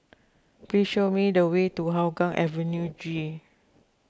please show me the way to Hougang Avenue G